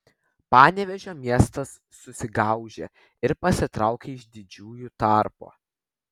panevėžio miestas susigaužė ir pasitraukė iš didžiųjų tarpo